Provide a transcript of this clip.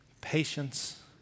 patience